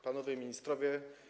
Panowie Ministrowie!